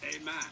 Amen